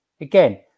again